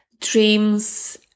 dreams